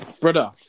Brother